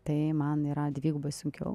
tai man yra dvigubai sunkiau